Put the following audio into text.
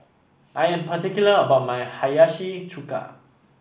I am particular about my Hiyashi Chuka